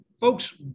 folks